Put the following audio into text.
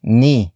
ni